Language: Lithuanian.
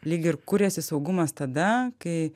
lyg ir kuriasi saugumas tada kai